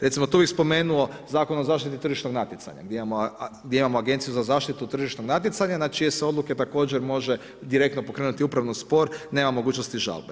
Recimo tu bi spomenuo Zakon o zaštiti tržišnog natjecanja, gdje imamo Agenciju za zaštitu tržišnog natjecanja, znači gdje se odluke također može direktno pokrenuti upravni spor, nema mogućnosti žalbe.